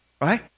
right